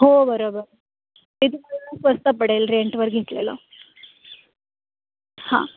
हो बरोबर ते तुम्हाला स्वस्त पडेल रेंटवर घेतलेलं हां